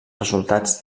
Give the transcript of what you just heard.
resultats